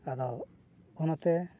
ᱟᱫᱚ ᱚᱱᱟᱛᱮ